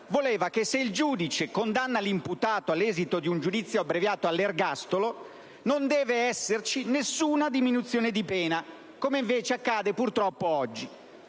voleva che se il giudice condanna l'imputato all'esito del rito abbreviato all'ergastolo non dovesse esserci nessuna diminuzione di pena, come invece, purtroppo,